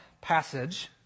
passage